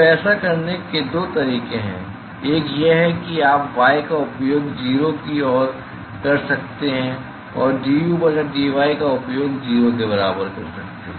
तो ऐसा करने के दो तरीके हैं एक यह है कि आप y का उपयोग 0 की ओर कर सकते हैं आप du बटा dy का उपयोग 0 के बराबर कर सकते हैं